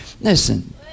Listen